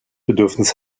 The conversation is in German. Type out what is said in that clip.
bedürfnis